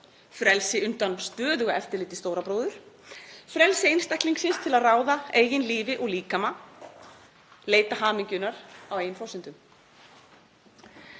Frelsi undan stöðugu eftirliti stóra bróður. Frelsi einstaklingsins til að ráða eigin lífi og líkama, leita hamingjunnar á eigin forsendum.